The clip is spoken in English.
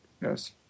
Yes